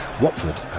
Watford